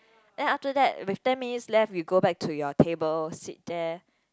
then after that with ten minutes left you go back to your table seat there